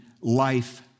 life